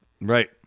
Right